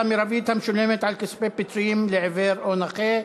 מריבית המשולמת על כספי פיצויים לעיוור או נכה).